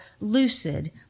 lucid